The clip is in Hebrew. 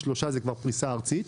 שלושה תדרים זה כבר פריסה ארצית,